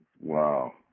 Wow